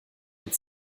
und